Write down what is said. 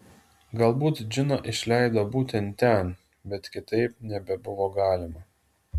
galbūt džiną išleido būtent ten bet kitaip nebebuvo galima